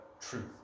truth